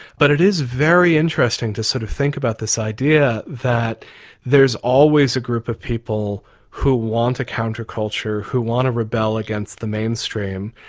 but it is very interesting to sort of think about this idea that there's always a group of people who want a counter-culture, who want to rebel against the mainstream.